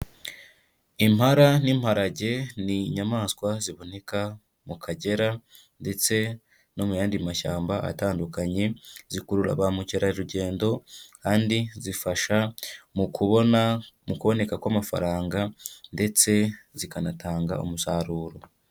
Impala n'imparage ni inyamaswa ziboneka mu Kagera ndetse no mu yandi mashyamba atandukanye, zikurura ba mukerarugendo kandi zifasha mu kubona, mu kuboneka kw'amafaranga ndetse zikanatanga umusaruro.